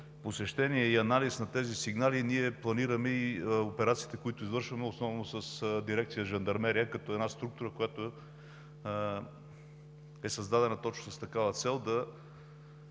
посещенията и анализ на сигналите ние планираме и операциите, които извършваме основно с Дирекция „Жандармерия“, като една структура, която е създадена точно с такава цел –